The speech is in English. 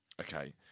okay